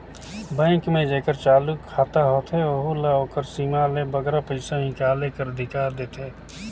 bank में जेकर चालू जमा खाता होथे ओहू ल ओकर सीमा ले बगरा पइसा हिंकाले कर अधिकार देथे